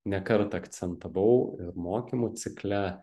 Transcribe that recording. ne kartą akcentavau ir mokymų cikle